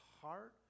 heart